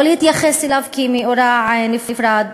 לא להתייחס לזה כאל מאורע נפרד.